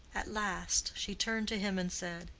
at last she turned to him and said,